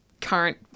current